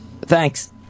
Thanks